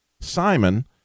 Simon